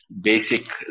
basic